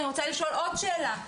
אני רוצה לשאול עוד שאלה.